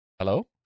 Hello